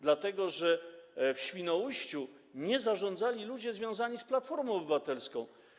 Dlatego że w Świnoujściu nie zarządzali ludzie związani z Platformą Obywatelską.